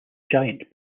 giant